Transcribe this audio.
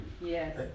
Yes